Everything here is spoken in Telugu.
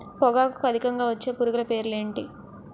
పొగాకులో అధికంగా వచ్చే పురుగుల పేర్లు ఏంటి